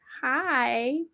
hi